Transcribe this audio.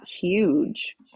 huge